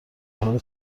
حال